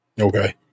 Okay